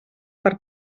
per